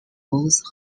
both